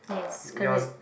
yours